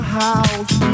house